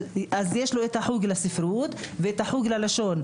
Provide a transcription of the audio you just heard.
יש לו את החוג לספרות ואת החוג ללשון,